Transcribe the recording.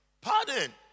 Pardon